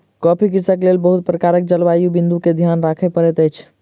coffee कृषिक लेल बहुत प्रकारक जलवायु बिंदु के ध्यान राखअ पड़ैत अछि